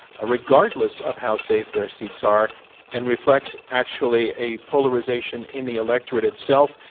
ah regardless of how safe their seats are and reflects, actually, a polarization in the electorate itself.